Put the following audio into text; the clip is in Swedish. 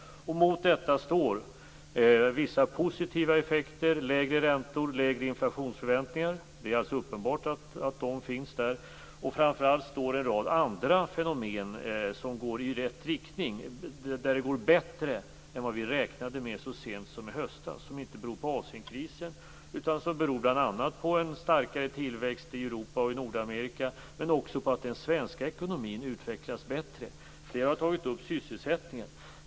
Mot detta står vissa positiva effekter, som lägre räntor och lägre inflationsförväntningar. Det är alltså uppenbart att de finns där. Framför allt finns det en rad andra fenomen som går i rätt riktning - där det går bättre än vad vi räknade med så sent som i höstas - som inte beror på Asienkrisen utan beror på bl.a. en starkare tillväxt i Europa och Nordamerika men också på att den svenska ekonomin utvecklas bättre. Flera har tagit upp sysselsättningen.